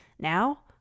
Now